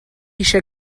eisiau